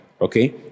Okay